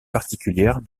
particulière